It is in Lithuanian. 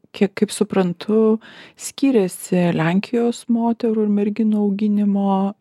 kie kaip suprantu skiriasi lenkijos moterų ir merginų auginimo